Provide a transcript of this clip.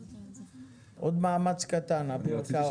עוד מאמץ קטן אביר קארה.